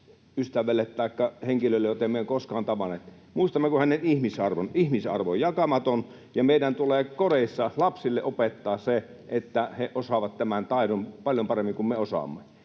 ystäville taikka henkilöille, joita emme ole koskaan tavanneet, muistammeko hänen ihmisarvonsa? Ihmisarvo on jakamaton, ja meidän tulee kodeissa lapsille opettaa se, että he osaavat tämän taidon paljon paremmin kuin me osaamme.